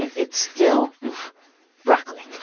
it's still broccoli,